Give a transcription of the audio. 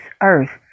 earth